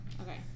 Okay